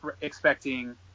expecting